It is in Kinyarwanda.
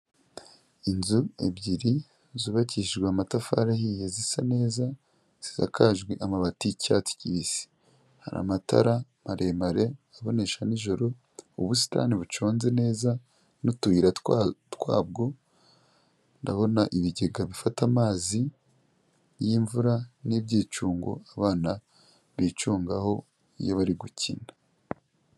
Inzu ebyiri zubakishijwe amatafari ahiye zisa neza, zisakajwe amabati y'icyatsi kibisi hari amatara maremare abonesha nijoro, ubusitani buconnze neza n'utuyira twabwo, ndabona ibigega bifata amazi y'imvura n'ibyicungo abana bicungaho iyo bari gukina.